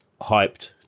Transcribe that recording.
hyped